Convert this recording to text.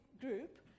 group